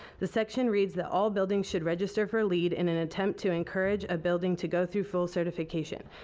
the section reads that all buildings should register for leed in an attempt to encourage a building to go through full certification.